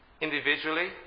individually